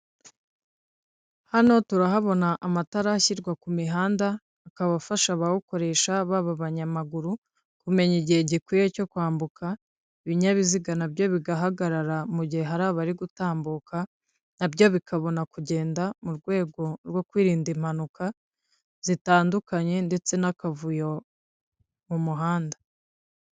Hano turahabona amatarashyirwa ku mihanda akaba afasha abawukoresha baba abanyamaguru kumenya igihe gikwiye cyo kwambuka ibinyabiziga nabyo bigahagarara mu gihe hari abari gutambuka nabyo bikabona kugenda mu rwego rwo kwirinda impanuka zitandukanye ndetse n'akavuyo mu muhanda.